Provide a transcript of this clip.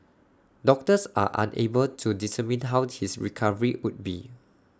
doctors are unable to determine how his recovery would be